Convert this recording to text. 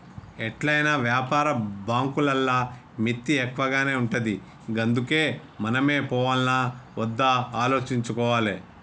ఎట్లైనా వ్యాపార బాంకులల్ల మిత్తి ఎక్కువనే ఉంటది గందుకే మనమే పోవాల్నా ఒద్దా ఆలోచించుకోవాలె